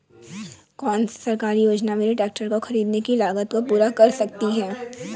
कौन सी सरकारी योजना मेरे ट्रैक्टर को ख़रीदने की लागत को पूरा कर सकती है?